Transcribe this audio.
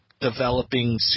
developing